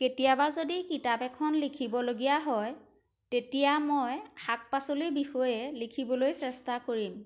কেতিয়াবা যদি কিতাপ এখন লিখিবলগীয়া হয় তেতিয়া মই শাক পাচলিৰ বিষয়ে লিখিবলৈ চেষ্টা কৰিম